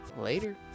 later